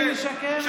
אני משקר?